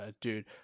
dude